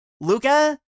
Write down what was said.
Luca